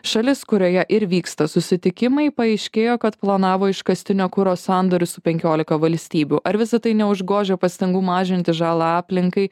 šalis kurioje ir vyksta susitikimai paaiškėjo kad planavo iškastinio kuro sandorį su penkiolika valstybių ar visa tai neužgožia pastangų mažinti žalą aplinkai